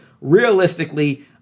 realistically